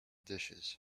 dishes